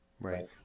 Right